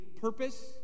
purpose